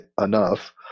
enough